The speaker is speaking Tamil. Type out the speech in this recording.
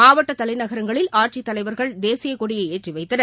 மாவட்டத் தலைநகரங்களில் ஆட்சித்தலைவர்கள் தேசியக்கொடியை ஏற்றிவைத்தனர்